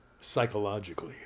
psychologically